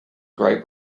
gray